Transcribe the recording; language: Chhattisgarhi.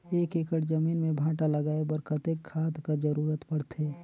एक एकड़ जमीन म भांटा लगाय बर कतेक खाद कर जरूरत पड़थे?